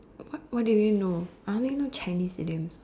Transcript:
what what do you mean no I only know Chinese idioms